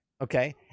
okay